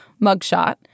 mugshot